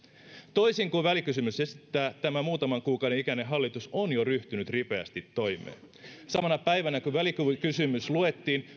toisin kuin välikysymys esittää tämä muutaman kuukauden ikäinen hallitus on jo ryhtynyt ripeästi toimeen sattumalta samana päivänä kun välikysymys luettiin